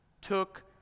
took